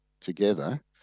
together